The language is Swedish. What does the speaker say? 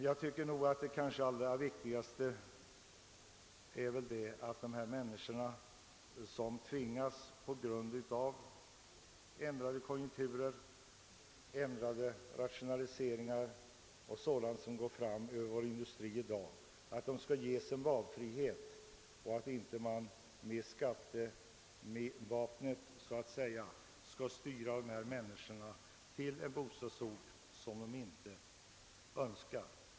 Jag anser att det allra viktigaste är att dessa människor, som på grund av ändrade konjunkturer, rationaliseringar och dylikt inom vår industri måste byta arbete, inte skall tvingas att flytta. Jag anser att de bör få valfrihet och att man inte med skattevapnet så att säga skall styra dessa människor till en bostadsort som de inte önskar.